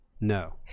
No